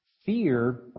Fear